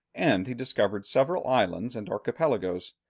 and he discovered several islands and archipelagos.